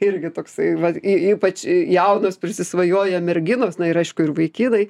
irgi toksai vat y ypač jaunos prisisvajoję merginos na ir aišku ir vaikinai